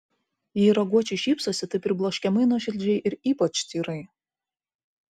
jei raguočiai šypsosi tai pribloškiamai nuoširdžiai ir ypač tyrai